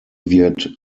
wird